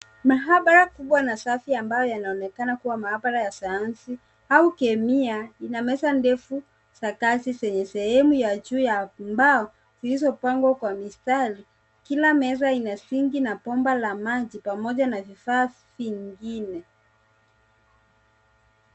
Mahabara kubwa na safi ambayo yanaonekana kuwa mahabara ya sayansi au kemia, ina meza ndefu za kazi zenye sehemu ya juu ya mbao, zilizopangwa kwa mistari. Kila meza ina sinki na bomba la maji pamoja na vifaa vingine.